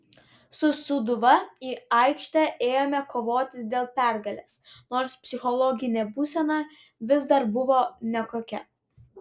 su sūduva į aikštę ėjome kovoti dėl pergalės nors psichologinė būsena vis dar buvo nekokia